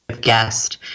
guest